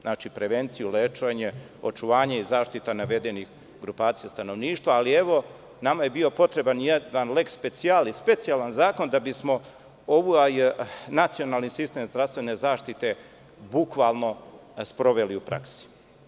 Znači, prevenciju, lečenje, očuvanje i zaštita navedenih grupacija stanovništva, ali nama je bio potreban jedan leks specijalis, specijalan zakon da bismo ovo, a i nacionalni sistem zdravstvene zaštite bukvalno sproveli u praksi.